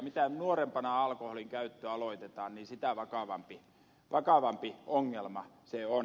mitä nuorempana alkoholin käyttö aloitetaan sitä vakavampi ongelma se on